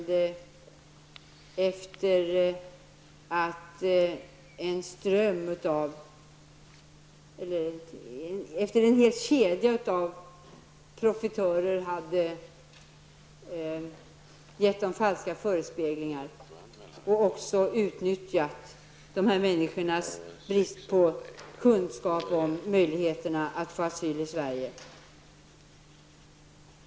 Det var en hel kedja av profitörer som gav dessa människor falska förespeglingar och utnyttjade deras brist på kunskap om möjligheterna att få asyl i Sverige.